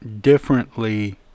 differently